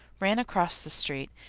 ran across the street,